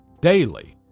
Daily